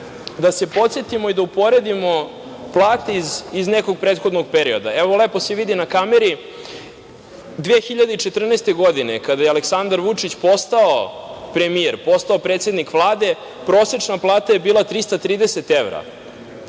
Da se podsetimo i da uporedimo plate iz nekog prethodnog perioda. Evo, lepo se vidi na kameri, 2014. godine, kada je Aleksandar Vučić postao premijer vlade, prosečna plata je bila 330 evra.